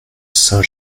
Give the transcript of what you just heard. saint